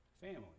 family